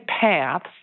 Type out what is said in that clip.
paths